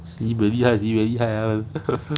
sibeh 厉害 sibeh 厉害 eh